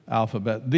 alphabet